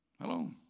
Hello